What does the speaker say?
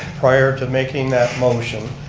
prior to making that motion,